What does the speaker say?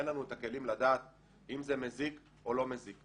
אין לנו את הכלים לדעת אם זה מזיק או לא מזיק,